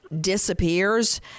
disappears